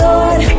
Lord